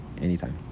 Anytime